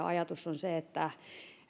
ajatus joka